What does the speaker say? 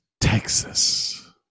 Texas